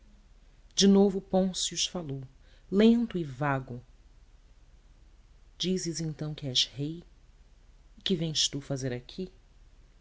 de novo pôncio falou lento e vago dizes então que és rei e que vens tu fazer aqui